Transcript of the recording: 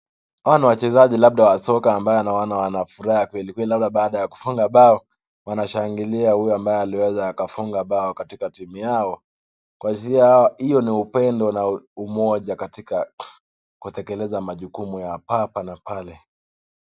Hawa ni wachezaji labda wa soka ambao naona wanafuraha kweli kweli labda baada ya kufunga bao wanashangilia huyu ambaye aliweza akafunga bao katika timu yao. Kuanza hiyo ni upendo na umoja katika kutekeleza majukumu ya hapa na pale.